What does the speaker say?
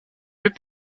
appel